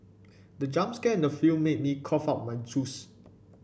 the jump scare in the film made me cough out my juice